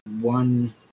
one